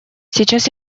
сейчас